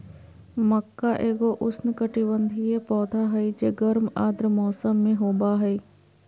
मक्का एगो उष्णकटिबंधीय पौधा हइ जे गर्म आर्द्र मौसम में होबा हइ